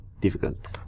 difficult